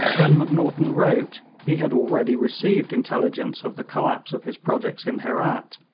when macnaghten wrote, he had already received intelligence of the collapse of his projects in herat,